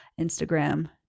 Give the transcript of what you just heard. Instagram